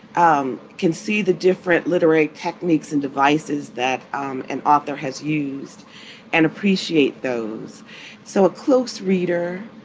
um can see the different literary techniques and devices that um an author has used and appreciate those so close reader,